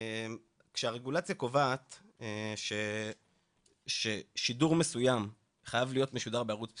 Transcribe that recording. כאשר הרגולציה קובעת ששידור מסוים חייב להיות משודר בערוץ בסיסי,